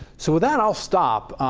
so that i'll stop.